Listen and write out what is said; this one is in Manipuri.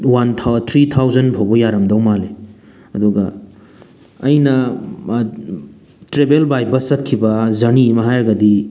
ꯋꯥꯟ ꯊ꯭ꯔꯤ ꯊꯥꯎꯖꯟ ꯐꯥꯎꯕ ꯌꯥꯔꯝꯗꯧ ꯃꯥꯜꯂꯤ ꯑꯗꯨꯒ ꯑꯩꯅ ꯇ꯭ꯔꯦꯚꯦꯜ ꯕꯥꯏ ꯕꯁ ꯆꯠꯈꯤꯕ ꯖꯔꯅꯤ ꯑꯃ ꯍꯥꯏꯔꯒꯗꯤ